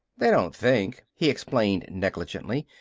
they don't think, he explained negligently,